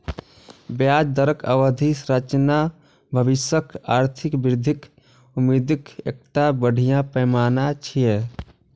ब्याज दरक अवधि संरचना भविष्यक आर्थिक वृद्धिक उम्मीदक एकटा बढ़िया पैमाना छियै